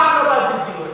כי אף פעם לא באים לדיון.